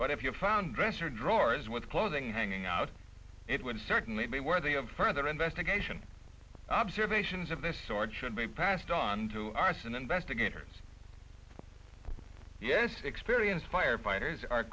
but if you found dresser drawers with clothing hanging out it would certainly be worthy of further investigation observations of this sort should be passed on to arson investigators yes experience firefighters are